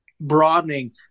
broadening